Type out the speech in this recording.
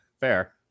Fair